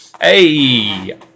Hey